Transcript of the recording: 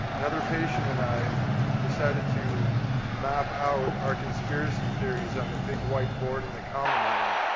another patient and i decided to map out our conspiracy theories on the big white-board in the common room.